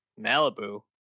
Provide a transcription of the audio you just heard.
Malibu